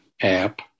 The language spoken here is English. app